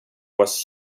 was